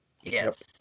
Yes